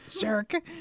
Jerk